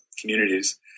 communities